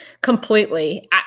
Completely